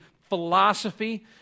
philosophy